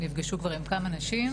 נפגשו כבר עם כמה נשים.